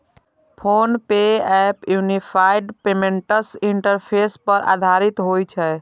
PhonePe app unified payments interface पर आधारित होइ छै